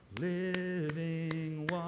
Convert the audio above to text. living